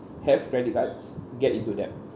have credit cards get into debt